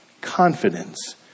confidence